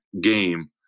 game